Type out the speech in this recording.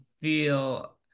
feel